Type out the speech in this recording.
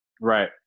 Right